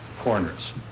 corners